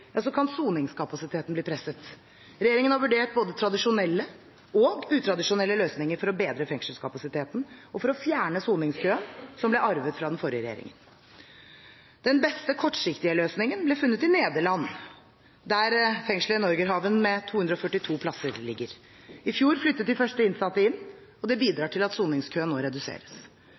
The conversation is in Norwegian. kan soningskapasiteten bli presset. Regjeringen har vurdert både tradisjonelle og utradisjonelle løsninger for å bedre fengselskapasiteten og for å fjerne soningskøen som ble arvet fra den forrige regjeringen. Den beste kortsiktige løsningen ble funnet i Nederland, der fengselet Norgerhaven med 242 plasser ligger. I fjor flyttet de første innsatte inn, og det bidrar til at soningskøene nå reduseres.